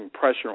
pressure